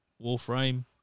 Warframe